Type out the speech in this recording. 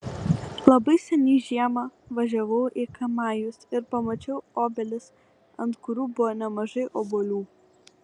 labai seniai žiemą važiavau į kamajus ir pamačiau obelis ant kurių buvo nemažai obuolių